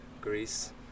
Greece